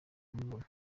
kumubona